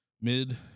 mid